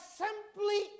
simply